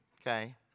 Okay